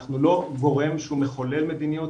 אנחנו לא גורם שהוא מחולל מדיניות,